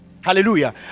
Hallelujah